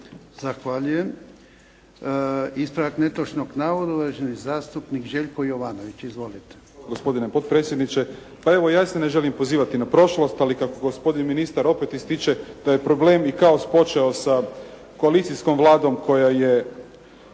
Zahvaljujem. Ispravak netočnog navoda, uvaženi zastupnik Željko Jovanović. Izvolite.